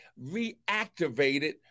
reactivated